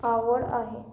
आवड आहे